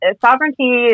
sovereignty